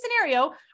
scenario